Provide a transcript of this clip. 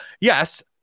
yes